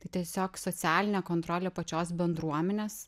tai tiesiog socialinė kontrolė pačios bendruomenės